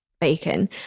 bacon